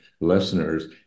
listeners